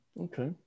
Okay